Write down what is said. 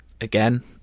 again